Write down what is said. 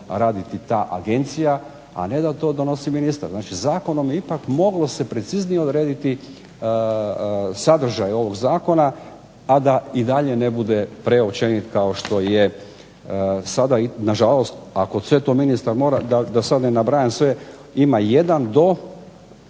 raditi ta agencija, a ne da to donosi ministar. Znači zakonom je ipak moglo se preciznije odrediti sadržaj ovog zakona, a da i dalje ne bude …/Govornik se ne razumije./… kao što je sada, i na žalost ako sve to ministar mora, da sad ne nabrajam sve ima jedan do